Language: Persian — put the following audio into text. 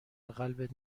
قلبت